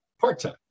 part-time